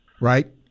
right